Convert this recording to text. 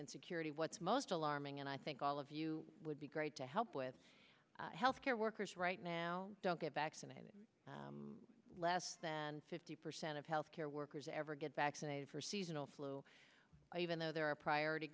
and security what's most alarming and i think all of you would be great to help with health care workers right now don't get vaccinated less than fifty percent of health care workers ever get vaccinated for seasonal flu even though they're a priority